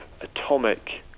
atomic